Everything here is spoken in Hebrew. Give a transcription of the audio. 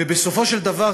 ובסופו של דבר,